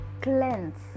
cleanse